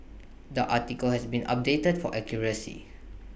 the article has been updated for accuracy